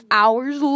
hours